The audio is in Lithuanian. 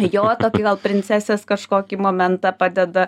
jo tokį gal princesės kažkokį momentą padeda